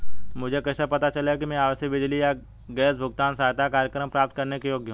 मुझे कैसे पता चलेगा कि मैं आवासीय बिजली या गैस भुगतान सहायता कार्यक्रम प्राप्त करने के योग्य हूँ?